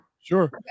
Sure